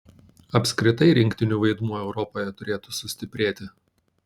apskritai rinktinių vaidmuo europoje turėtų sustiprėti